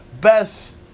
best